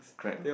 drag loh